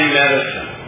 medicine